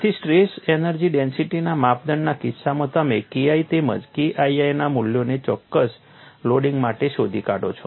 તેથી stress energy ડેન્સિટીના માપદંડના કિસ્સામાં તમે KI તેમજ KII ના મૂલ્યોને ચોક્કસ લોડિંગ માટે શોધી કાઢો છો